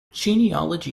genealogy